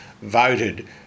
voted